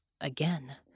again